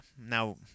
now